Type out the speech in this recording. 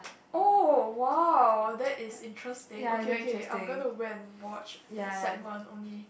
oh !wow! that is interesting okay okay I'm going to went watch that segment only